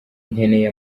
nkeneye